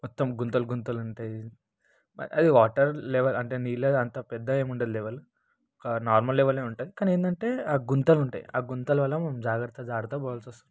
మొత్తం గుంతలు గుంతలు ఉంటాయి అది వాటర్ లెవల్ అంటే నీళ్ళది అంత పెద్దగా ఏముండదు లెవల్ ఒక నార్మల్ లేవలే ఉంటాయి కానీ ఏందంటే ఆ గుంతలు ఉంటాయి ఆ గుంతలు వల్ల మనం జాగ్రత్తగా జాగ్రత్త పోవాల్సి వస్తుంటుంది